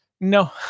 no